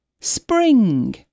Spring